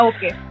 Okay